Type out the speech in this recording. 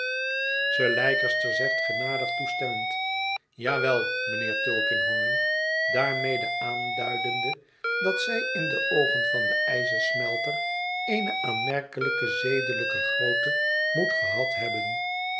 sir leicester zegt genadig toestemmend ja wel mijnheer ïulkinghorn daarmede aanduidende dat zij in de oogen van den ijzersmelter eene aanmerkelijke zedelijke grootte moet gehad hebben